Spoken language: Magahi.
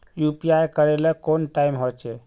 यु.पी.आई करे ले कोई टाइम होचे?